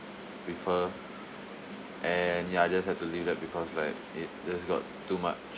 with her and ya I just have to leave that because like it just got too much